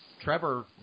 Trevor